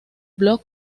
blog